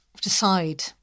decide